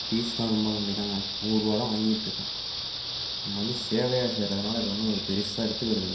ஃபீஸ்லாம் ரொம்பக் கம்மிதாங்க நூறுரூவா தான் வாங்கிட்டிருக்கேன் நம்ம வந்து சேவையாக செய்வதுனால இது ஒன்றும் ஒரு பெரிசா எடுத்துக்கிறதில்ல